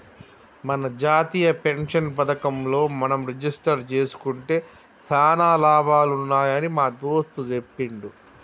మన జాతీయ పెన్షన్ పథకంలో మనం రిజిస్టరు జేసుకుంటే సానా లాభాలు ఉన్నాయని మా దోస్త్ సెప్పిండు